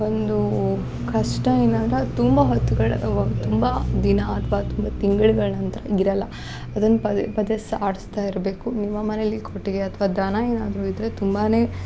ಒಂದು ಕಷ್ಟ ಏನಂದ್ರ ತುಂಬ ಹೊತ್ತುಗಳ ವ ತುಂಬ ದಿನ ಅಥ್ವ ತುಂಬ ತಿಂಗಳುಗಳ ಅಂತ್ರಾಗ ಇರಲ್ಲ ಅದನ್ನ ಪದೆ ಪದೆ ಸಾಡ್ಸ್ತ ಇರಬೇಕು ನಿಮ್ಮ ಮನೇಲಿ ಕೊಟ್ಟಿಗೆ ಅಥ್ವ ದನ ಏನಾದರು ಇದ್ದರೆ ತುಂಬಾನೇ